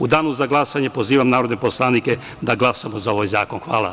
U danu za glasanje pozivam narodne poslanike da glasamo za ovaj zakon. hvala.